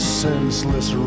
senseless